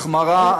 החמרה,